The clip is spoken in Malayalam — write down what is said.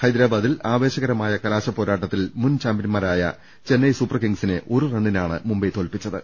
ഹൈദ രാബാദിൽ ആവേശകരമായ കലാശ പോരാട്ടത്തിൽ മുൻ ചാമ്പ്യന്മാരായ ചെന്നൈ സൂപ്പർ കിംങ്സിനെ ഒരു റണ്ണിനാണ് മുംബൈ തോൽപിച്ചത്